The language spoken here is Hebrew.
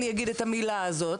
אני אגיד את המילה הזו,